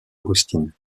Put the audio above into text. austin